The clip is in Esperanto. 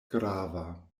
grava